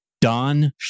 Don